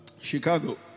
Chicago